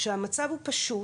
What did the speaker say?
כשהמצב הוא פשוט,